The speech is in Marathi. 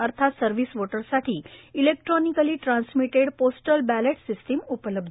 अर्थात सर्विस व्होटर्ससाठी electronically transmitted postal ballot system उपलब्ध